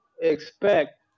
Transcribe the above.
expect